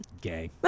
Gay